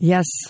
Yes